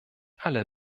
alle